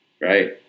Right